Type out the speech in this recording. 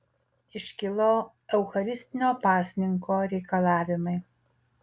iškilo eucharistinio pasninko reikalavimai